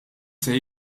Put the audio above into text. ser